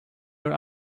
your